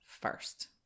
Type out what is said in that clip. first